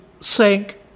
sink